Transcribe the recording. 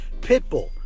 Pitbull